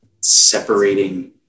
separating